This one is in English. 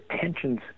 tensions